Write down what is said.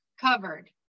covered